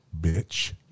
bitch